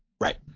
Right